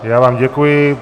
Já vám děkuji.